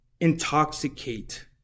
intoxicate